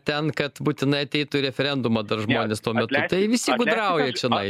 ten kad būtinai ateitų į referendumą dar žmonės tuomet tai visi gudrauja čianai